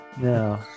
No